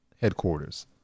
headquarters